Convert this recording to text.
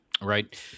Right